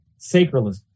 Sacralism